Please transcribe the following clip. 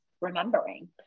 remembering